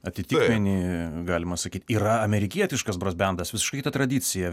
atitikmenį galima sakyt yra amerikietiškas brasbendas visiškai kita tradicija